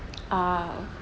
ah